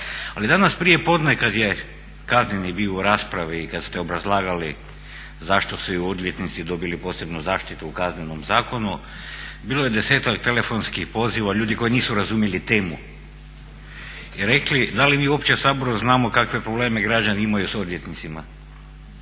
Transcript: Ali danas prijepodne kada je Kazneni bio u raspravi i kada ste obrazlagali zašto su i odvjetnici dobili posebnu zaštitu u Kaznenom zakonu bilo je desetak telefonskih poziva, ljudi koji nisu razumjeli temu i rekli da li mi uopće u Saboru znamo kakve probleme građani imaju s odvjetnicima